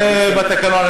זה בתקנון.